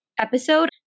episode